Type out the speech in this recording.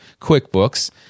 QuickBooks